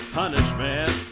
punishment